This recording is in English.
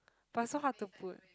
but so hard to put